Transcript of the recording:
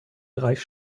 bereich